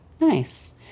Nice